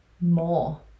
more